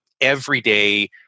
everyday